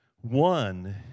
One